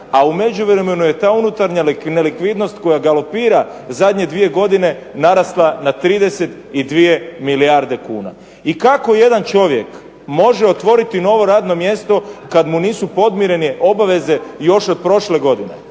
a u međuvremenu je ta unutarnja nelikvidnost koja galopira zadnje 2 godine narasla na 32 milijarde kuna. I kako jedan čovjek može otvoriti novo radno mjesto kad mu nisu podmirene obaveze još od prošle godine?